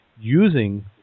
using